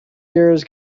years